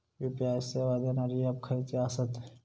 UPI सेवा देणारे app खयचे आसत?